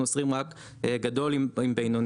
אנחנו אוסרים רק גדול עם בינוני.